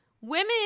women